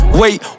wait